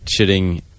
shitting